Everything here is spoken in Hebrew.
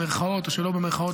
במירכאות או שלא במירכאות,